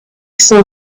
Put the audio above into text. saw